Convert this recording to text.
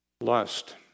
lust